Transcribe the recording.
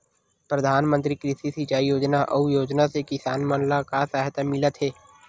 प्रधान मंतरी कृषि सिंचाई योजना अउ योजना से किसान मन ला का सहायता मिलत हे?